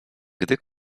gdy